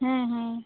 ᱦᱮᱸ ᱦᱮᱸ